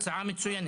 הצעה מצוינת.